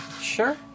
Sure